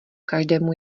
každému